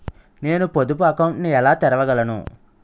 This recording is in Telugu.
నేను పొదుపు అకౌంట్ను ఎలా తెరవగలను?